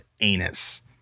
anus